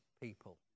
people